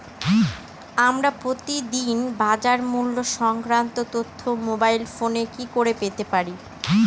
আমরা প্রতিদিন বাজার মূল্য সংক্রান্ত তথ্য মোবাইল ফোনে কি করে পেতে পারি?